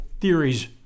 theories